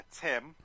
Tim